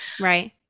Right